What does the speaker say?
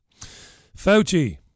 Fauci